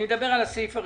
אני מדבר על הסעיף הראשון,